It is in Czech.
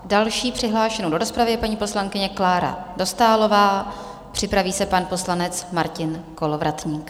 Další přihlášenou do rozpravy je paní poslankyně Klára Dostálová, připraví se pan poslanec Martin Kolovratník.